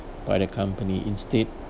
by the company instead